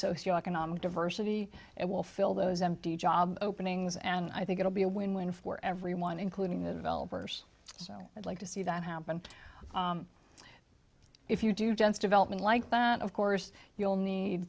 socioeconomic diversity it will fill those empty job openings and i think it'll be a win win for everyone including the developers so i'd like to see that happen if you do gents development like that of course you'll need